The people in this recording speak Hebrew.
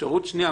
אפשרות שנייה,